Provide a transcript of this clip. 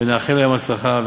ונאחל להם הצלחה.